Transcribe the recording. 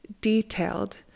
detailed